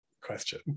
question